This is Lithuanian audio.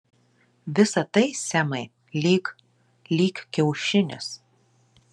visa tai semai lyg lyg kiaušinis